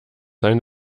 sein